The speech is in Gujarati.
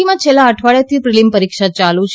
ટીમાં છેલ્લા અઠવાડિયાથી પ્રિલિમ પરીક્ષા ચાલુ છે